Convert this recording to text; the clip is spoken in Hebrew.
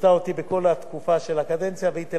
והיא תלווה אחרים בעתיד,